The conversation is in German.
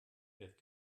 wird